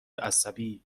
عصبی